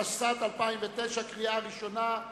קריאה ראשונה.